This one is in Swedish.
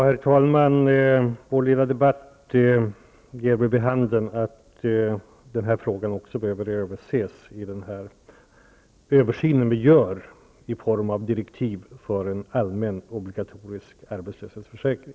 Herr talman! Vår lilla debatt ger väl vid handen att också denna fråga behöver överses i den genomgång som vi gör inför direktiven för en allmän obligatorisk arbetslöshetsförsäkring.